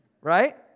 right